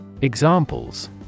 Examples